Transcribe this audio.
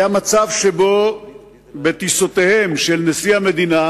היה מצב שבו לטיסותיהם של נשיא המדינה